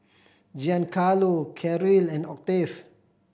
Giancarlo Caryl and Octave